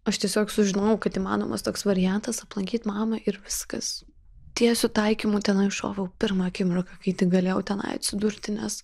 aš tiesiog sužinojau kad įmanomas toks variantas aplankyt mamą ir viskas tiesiu taikymu tenai šoviau pirmą akimirką kai tik galėjau tenai atsidurti nes